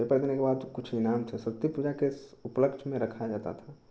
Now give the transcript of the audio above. paper देने के बाद कुछ इनाम थे सरस्वती पूजा के उपलक्ष्य में रखा जाता था